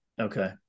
okay